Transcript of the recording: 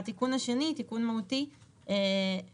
והתיקון השני, תיקון מהותי, הוא הכללה,